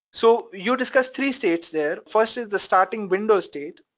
so you discuss three states there, firstly the starting windows state,